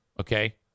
Okay